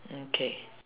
mm K